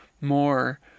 more